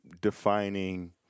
defining